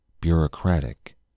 bureaucratic